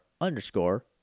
underscore